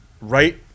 right